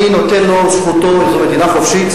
אני נותן לו, זכותו, זו מדינה חופשית,